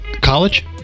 College